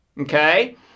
okay